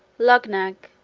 luggnagg,